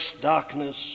darkness